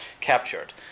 captured